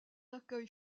accueil